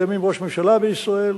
לימים ראש ממשלה בישראל,